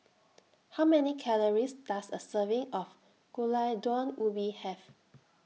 How Many Calories Does A Serving of Gulai Daun Ubi Have